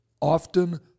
often